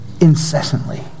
incessantly